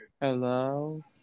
Hello